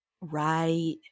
Right